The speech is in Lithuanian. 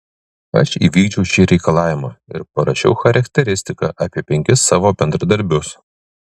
aš įvykdžiau šį reikalavimą ir parašiau charakteristiką apie penkis savo bendradarbius